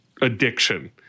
addiction